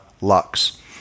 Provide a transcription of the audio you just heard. Lux